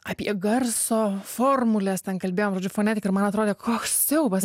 apie garso formules ten kalbėjom žodžiu fonetika ir man atrodė koks siaubas